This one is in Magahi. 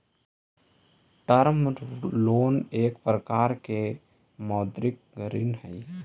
टर्म लोन एक प्रकार के मौदृक ऋण हई